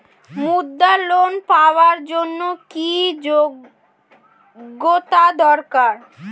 মুদ্রা লোন পাওয়ার জন্য কি যোগ্যতা দরকার?